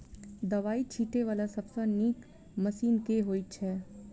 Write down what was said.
दवाई छीटै वला सबसँ नीक मशीन केँ होइ छै?